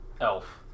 elf